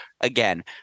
again